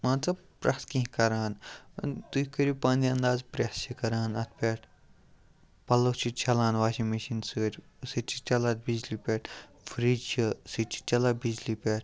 مان ژٕ پرٛیٚتھ کیٚنٛہہ کَران ٲں تُہۍ کٔرِو پانٔے اَنٛداز پرٛیٚس چھِ کَران اَتھ پٮ۪ٹھ پَلوٚو چھِ چھَلان واشِنٛگ مِشیٖن سۭتۍ سُہ تہِ چھِ چلان بِجلی پٮ۪ٹھ فرٛج چھُ سُہ تہِ چھُ چَلان بِجلی پٮ۪ٹھ